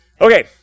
Okay